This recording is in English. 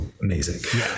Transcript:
amazing